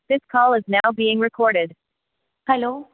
this call is now being recorded hello